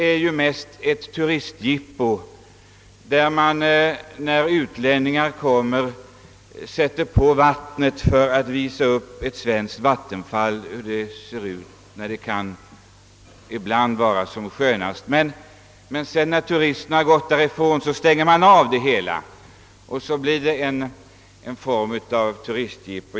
Det är mest ett turistjippo, där man när utlänningar kommer sätter på vattnet för att visa upp hur ett svenskt vattenfall ser ut när det är som skönast. När sedan turisterna gått därifrån stänger man av vattnet igen.